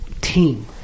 team